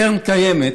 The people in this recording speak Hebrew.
קרן קיימת,